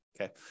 Okay